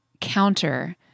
counter